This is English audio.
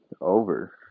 Over